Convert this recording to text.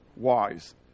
wise